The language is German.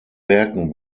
werken